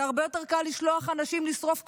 זה הרבה יותר קל לשלוח אנשים לשרוף כפר.